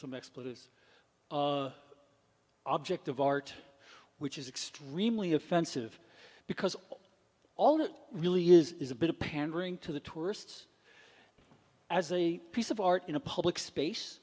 some expletives object of art which is extremely offensive because all it really is is a bit of pandering to the tourists as a piece of art in a public space